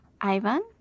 Ivan